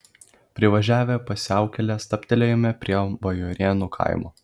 privažiavę pusiaukelę stabtelėjome prie bajorėnų kaimo